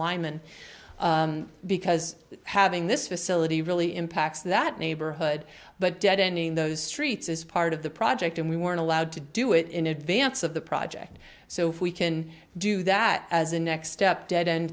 linemen because having this facility really impacts that neighborhood but deadening those streets is part of the project and we weren't allowed to do it in advance of the project so if we can do that as a next step dead end